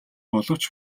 боловч